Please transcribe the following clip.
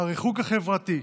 הריחוק החברתי,